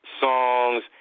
songs